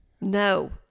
No